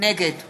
נגד